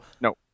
no